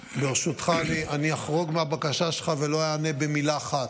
ברשותך, אני אחרוג מהבקשה שלך ולא אענה במילה אחת,